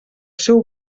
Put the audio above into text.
seu